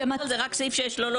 זה רק סעיף 6. לא,